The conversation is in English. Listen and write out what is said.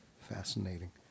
Fascinating